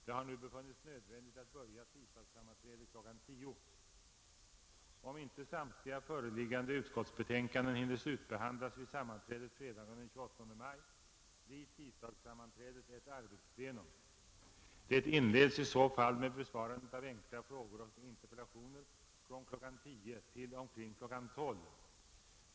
Det har nu befunnits nödvändigt att börja tisdagssammanträdet kl. 10.00. Om inte samtliga föreliggande utskottsbetänkanden hinner slutbehandlas vid sammanträdet fredagen den 28 maj blir tisdagssammanträdet ett arbetsplenum. Det inleds i så fall med besvarande av enkla frågor och interpellationer från kl. 10.00 till omkring kl. 12.00.